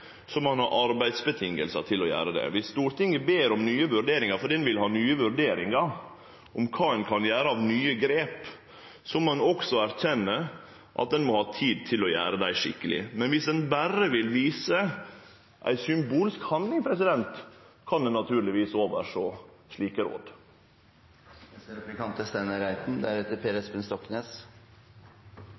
ein ha arbeidsvilkår til å gjere det. Dersom Stortinget ber om nye vurderingar fordi ein vil ha nye vurderingar om kva ein kan gjere av nye grep, må ein også erkjenne at ein må ha tid til å gjere dei skikkeleg. Men dersom ein berre vil vise ei symbolsk handling, kan ein naturlegvis oversjå slike råd.